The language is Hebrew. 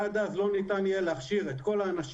עד אז לא ניתן יהיה להכשיר את כל האנשים,